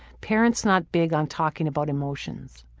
parents not big on talking about emotions.